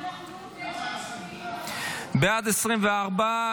בעד, 24,